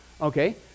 okay